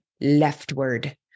leftward